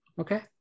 Okay